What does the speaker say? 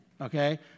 okay